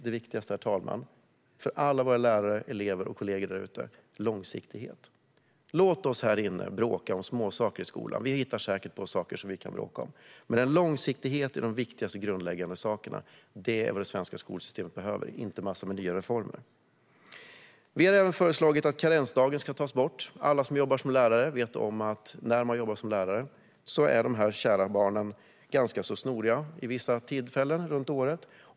Det viktigaste för alla våra lärare, elever och kollegor där ute är nämligen långsiktighet. Låt oss här inne bråka om småsaker i skolan. Vi hittar säkert på saker som vi kan bråka om. Men en långsiktighet när det gäller de viktigaste och de mest grundläggande sakerna är vad det svenska skolsystemet behöver, inte en massa nya reformer. Vi har även föreslagit att karensdagen ska tas bort för lärare och all personal i skolan. Alla som jobbar som lärare vet att när man jobbar som lärare är dessa kära barn ganska så snoriga vissa tider på året.